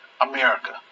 America